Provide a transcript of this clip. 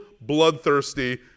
bloodthirsty